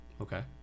Okay